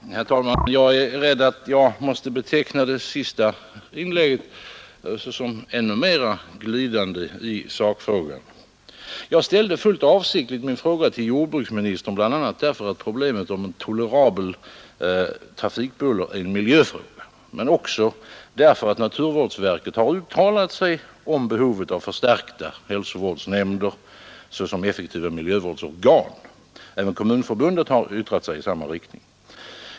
Herr talman! Jag är rädd att jag måste beteckna det sista inlägget såsom ännu mera glidande i sakfrågan. Jag ställde fullt avsiktligt min fråga till jordbruksministern bl.a. därför att problemet om tolerabelt trafikbuller är en miljöfråga men också därför att naturvårdsverket har uttalat sig om behovet av förstärkning av hälsovårdsnämnderna såsom effektiva miljövårdsorgan. Även Kommunförbundet har yttrat sig i samma riktning.